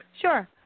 Sure